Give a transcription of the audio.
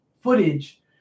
footage